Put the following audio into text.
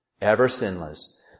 ever-sinless